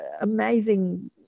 amazing